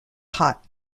hot